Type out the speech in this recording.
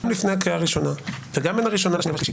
גם לפני הקריאה הראשונה וגם בין הראשונה לשנייה ולשלישית,